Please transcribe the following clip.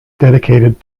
dedicated